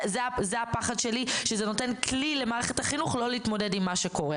זה הפחד שלי שזה נותן כלי למערכת החינוך לא להתמודד עם מה שקורה.